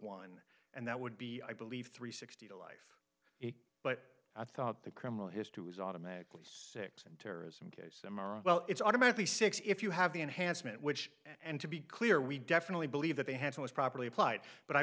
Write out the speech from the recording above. one and that would be i believe three sixty but i thought the criminal history was automatically six and terrorism cases m r well it's automatically six if you have the enhancement which and to be clear we definitely believe that they had was properly applied but i